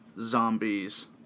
Zombies